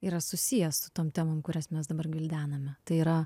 yra susijęs su tom temom kurias mes dabar gvildename tai yra